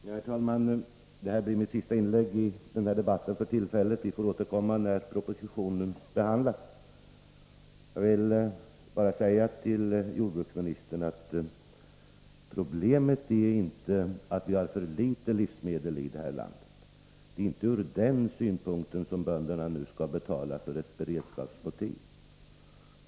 Herr talman! Det här blir mitt sista inlägg i den här debatten. Vi får återkomma när propositionen behandlas. Jag vill bara säga till jordbruksministern att problemet inte är att vi har för litet livsmedel i det här landet. Det är ur den synpunkten inte motiverat att bönderna skall betala för beredskap.